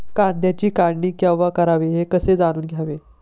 कांद्याची काढणी केव्हा करावी हे कसे जाणून घ्यावे?